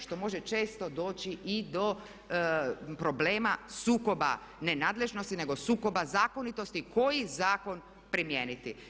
Što može često doći i do problema sukoba ne nadležnosti nego sukoba zakonitosti koji zakon primijeniti.